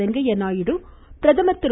வெங்கய்ய நாயுடு பிரதமா் திரு